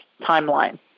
timeline